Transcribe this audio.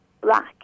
black